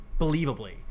believably